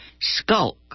skulk